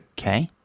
Okay